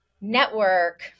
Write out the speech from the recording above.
network